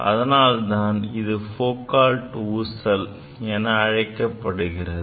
அதனால்தான் இது Foucault ஊசல் என அழைக்கப்படுகிறது